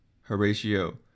Horatio